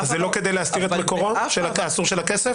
זה לא כדי להסתיר את מקורו האסור של הכסף?